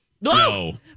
No